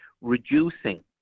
reducing